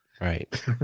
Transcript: Right